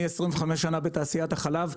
אני 25 שנה בתעשיית החלב,